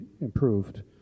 improved